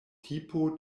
tipo